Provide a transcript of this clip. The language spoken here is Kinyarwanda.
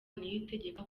niyitegeka